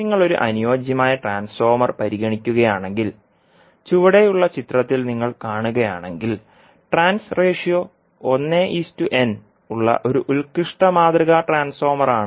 നിങ്ങൾ ഒരു അനുയോജ്യമായ ട്രാൻസ്ഫോർമർ പരിഗണിക്കുകയാണെങ്കിൽ ചുവടെയുള്ള ചിത്രത്തിൽ നിങ്ങൾ കാണുകയാണെങ്കിൽ ട്രാൻസ് റേഷ്യോ 1n ഉള്ള ഒരു ഉത്കൃഷ്ട മാതൃക ട്രാൻസ്ഫോർമറാണ്